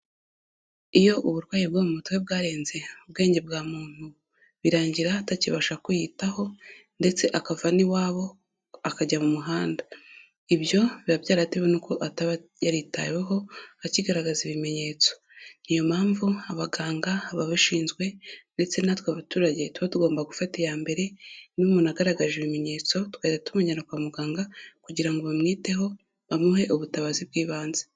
Iyo uburwayi bwo mu mutwe bwarenze ubwenge bwa muntu, Birangira atakibasha kwiyitaho ndetse akava n'iwabo akajya mu muhanda. Ibyo biba byaratewe nuko ataba yaritaweho akigaragaza ibiminyetso niyo mpamvu abaganga baba bashinzwe ndetse natwe abaturage tugomba gufata iyambere niba umuntu agaragaje ibimenyetso tugahita tumujyana kwa muganga kugira ngo bamwiteho bamuhe ubutabazi bw'ibanze.